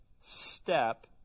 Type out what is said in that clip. step